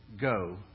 go